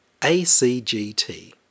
ACGT